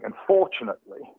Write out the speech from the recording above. unfortunately